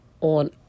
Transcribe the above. on